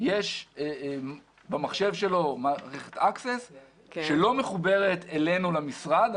יש במחשב שלו אקסס שלא מחוברת אלינו למשרד.